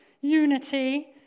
unity